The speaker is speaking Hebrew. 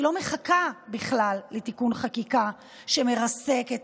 לא מחכה בכלל לתיקון חקיקה שמרסק את